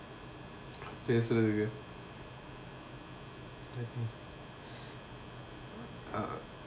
பேசுறதுக்கு:pesurathukku ah